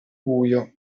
buio